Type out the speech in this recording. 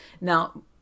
Now